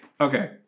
Okay